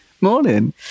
morning